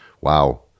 wow